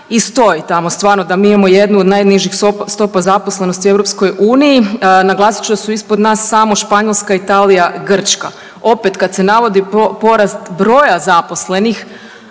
i stoji tamo stvarno, da mi imamo jednu od najnižih stopa zaposlenosti u EU naglasit ću da su ispod nas samo Španjolska, Italija, Grčka. Opet, kad se navodi porast broja zaposlenih,